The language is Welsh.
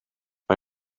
mae